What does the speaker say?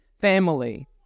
family